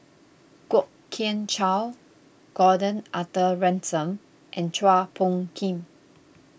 Kwok Kian Chow Gordon Arthur Ransome and Chua Phung Kim